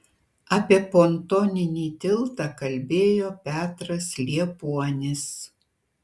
apie pontoninį tiltą kalbėjo petras liepuonis